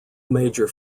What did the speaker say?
major